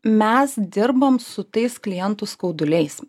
mes dirbom su tais klientų skauduliais